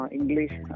English